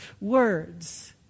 words